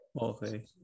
Okay